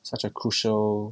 such a crucial